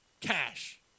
cash